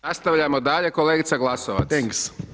Nastavljamo dalje, kolegica Glasovac.